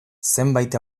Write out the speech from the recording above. zenbait